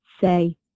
say